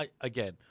again